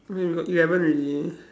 okay we got eleven already